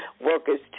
workers